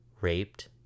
raped